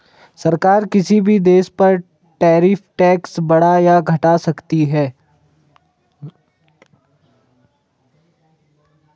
सरकार किसी भी देश पर टैरिफ टैक्स बढ़ा या घटा सकती है